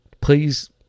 please